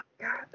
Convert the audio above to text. God